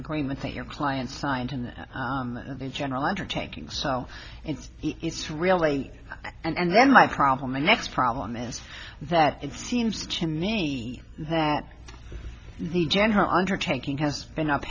agreement that your client signed in the general undertaking so it's it's really and then my problem the next problem is that it seems to me that the gender undertaking has been up